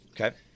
Okay